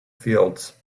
fields